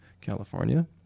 California